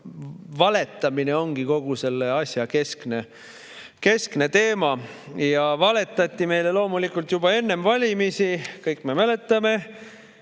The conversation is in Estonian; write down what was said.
valetamine ongi kogu selle asja keskne teema. Valetati meile loomulikult juba enne valimisi, kõik me mäletame: